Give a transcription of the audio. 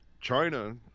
China